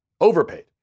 Overpaid